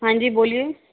हाँ जी बोलिए